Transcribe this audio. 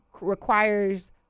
requires